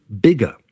bigger